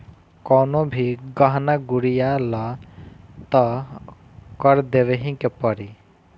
कवनो भी गहना गुरिया लअ तअ कर देवही के पड़ी